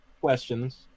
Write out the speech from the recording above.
questions